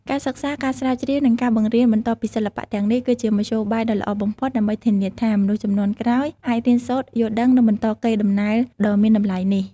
ការសិក្សា ការស្រាវជ្រាវ និងការបង្រៀនបន្តពីសិល្បៈទាំងនេះ គឺជាមធ្យោបាយដ៏ល្អបំផុតដើម្បីធានាថា មនុស្សជំនាន់ក្រោយអាចរៀនសូត្រ យល់ដឹង និងបន្តកេរដំណែលដ៏មានតម្លៃនេះ។